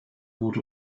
wurde